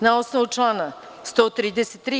Na osnovu člana 133.